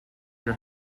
your